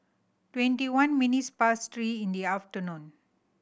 twenty one minutes past three in the afternoon